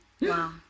Wow